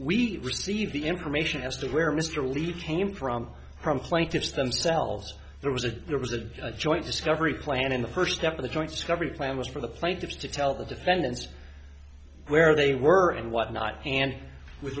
we received the information as to where mr leach came from from plaintiffs themselves there was a there was a joint discovery plan in the first step of the joint discovery plan was for the plaintiffs to tell the defendants where they were and what not and with